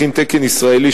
הכין תקן ישראלי,